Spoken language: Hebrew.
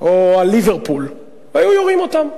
או על ליברפול היו יורים אותם.